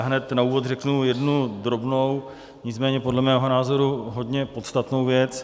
Hned na úvod řeknu jednu drobnou, nicméně podle mého názoru hodně podstatnou věc.